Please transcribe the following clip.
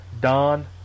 Don